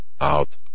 Out